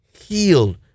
healed